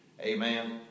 Amen